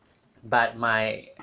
but my